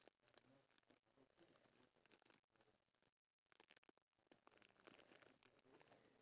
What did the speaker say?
then maybe they should be more educated cause education is key to everything